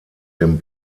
dem